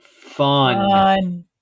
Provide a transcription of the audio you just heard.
Fun